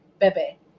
Bebe